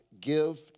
give